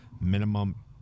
minimum